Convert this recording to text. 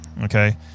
Okay